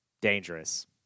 Dangerous